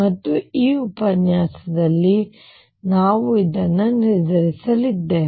ಮತ್ತು ಈ ಉಪನ್ಯಾಸದಲ್ಲಿ ನಾವು ಇದನ್ನು ನಿರ್ಧರಿಸಲಿದ್ದೇವೆ